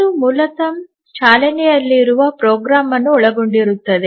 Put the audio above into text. ಇದು ಮೂಲತಃ ಚಾಲನೆಯಲ್ಲಿರುವ ಪ್ರೋಗ್ರಾಂ ಅನ್ನು ಒಳಗೊಂಡಿರುತ್ತದೆ